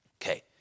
Okay